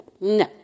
no